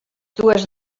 dues